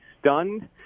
stunned